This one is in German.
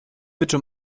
bitte